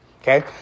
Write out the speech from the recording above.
okay